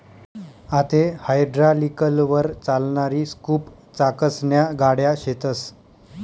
आते हायड्रालिकलवर चालणारी स्कूप चाकसन्या गाड्या शेतस